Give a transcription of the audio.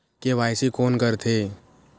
KYC कोन करथे?